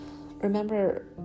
remember